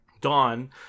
Dawn